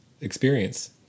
experience